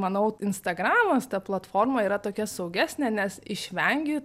manau instagramas ta platforma yra tokia saugesnė nes išvengi